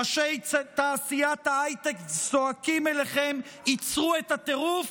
ראשי תעשיית ההייטק זועקים אליכם: עצרו את הטירוף,